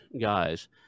guys